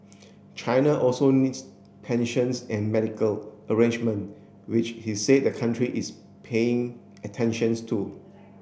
China also needs pensions and medical arrangement which he said the country is paying attentions to